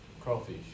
Crawfish